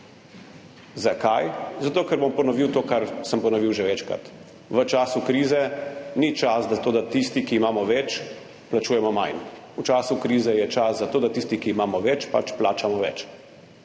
Zakaj? Zato ker, bom ponovil to, kar sem ponovil že večkrat, v času krize ni čas za to, da tisti, ki imamo več, plačujemo manj. V času krize je čas za to, da tisti, ki imamo več, pač plačamo več.